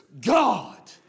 God